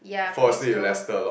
ya please don't